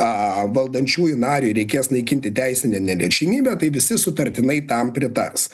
a valdančiųjų nariui reikės naikinti teisinę neliečiamybę tai visi sutartinai tam pritars